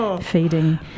feeding